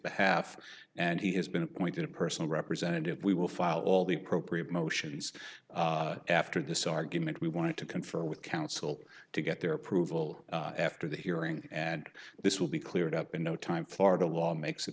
behalf and he has been appointed a personal representative we will file all the appropriate motions after this argument we want to confer with counsel to get their approval after the hearing and this will be cleared up in no time florida law makes it